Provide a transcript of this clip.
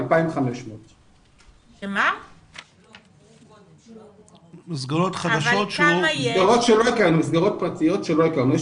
2,500. מסגרות פרטיות שלא הכרנו.